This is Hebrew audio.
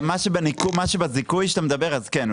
מה שבזיכוי שאתה מדבר אז כן,